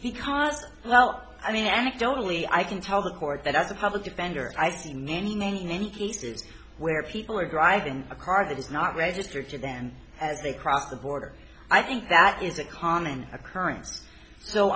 the cause well i mean anecdotally i can tell the court that as a public defender i've seen many many many cases where people are driving a car that is not registered to them as they cross the border i think that is a common occurrence so